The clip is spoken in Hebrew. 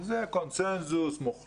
שיש על זה קונצנזוס מוחלט.